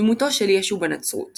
דמותו של ישו בנצרות